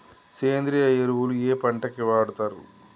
సేంద్రీయ ఎరువులు ఏ పంట కి వాడుతరు?